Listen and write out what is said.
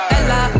Ella